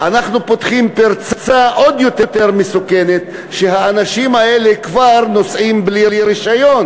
אנחנו פותחים פרצה עוד יותר מסוכנת שהאנשים האלה כבר נוסעים בלי רישיון,